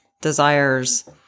desires